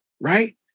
right